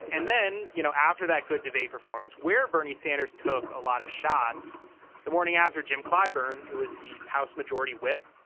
and then, you know, after that good debate performance where bernie sanders took a lot of shots the morning after, jim clyburn, who is the house majority whip,